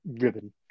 ribbon